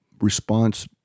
response